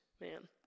man